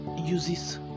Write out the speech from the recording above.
uses